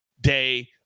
day